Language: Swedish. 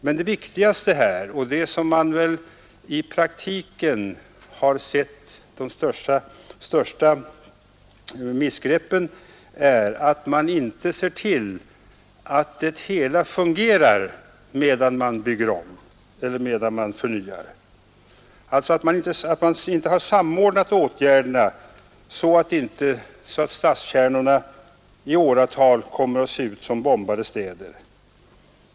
Men det viktigaste — och det är väl här de största missgreppen i praktiken har gjorts — är att se till att det hela fungerar medan man bygger om eller förnyar, dvs. samordnar åtgärderna så att inte stadskärnorna som nu i åratal ser ut som bombade städer.